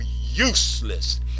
useless